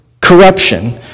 corruption